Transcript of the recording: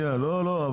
לא, לא.